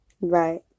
right